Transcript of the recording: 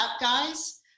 guys